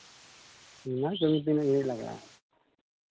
ᱚᱱᱟ ᱠᱤᱨᱤᱧ ᱛᱤᱱᱟᱹᱜ ᱜᱷᱟᱹᱲᱤᱡ ᱞᱟᱜᱟᱜᱼᱟ